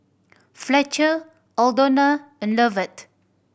Fletcher Aldona and Lovett